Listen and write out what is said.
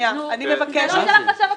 אני מבקשת -- אבל זה לא של החשב הכללי.